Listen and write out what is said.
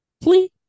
Please